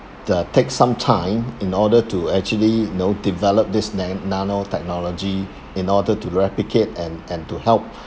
d~ uh take some time in order to actually you know develop this nan~ nanotechnology in order to replicate and and to help